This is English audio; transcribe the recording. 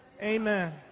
Amen